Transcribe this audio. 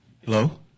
Hello